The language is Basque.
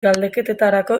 galdeketetarako